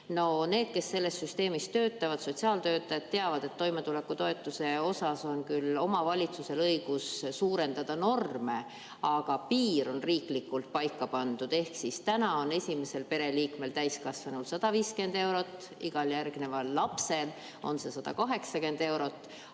Need, kes selles süsteemis töötavad, sotsiaaltöötajad, teavad, et toimetulekutoetuse osas on küll omavalitsusel õigus suurendada norme, aga piir on riiklikult paika pandud. Täna on esimesel täiskasvanud pereliikmel 150 eurot, igal järgneval lapsel on see 180 eurot,